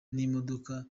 n’imodoka